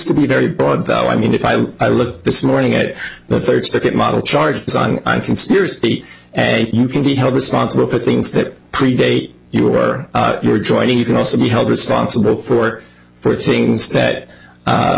to be very broad though i mean if i look this morning at the third circuit model charges on one conspiracy a you can be held responsible for things that predate you or your joining you can also be held responsible for for things that